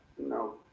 No